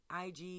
IG